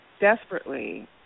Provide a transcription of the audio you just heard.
desperately